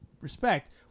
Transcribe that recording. respect